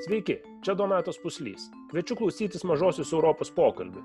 sveiki čia donatas puslys kviečiu klausytis mažosios europos pokalbių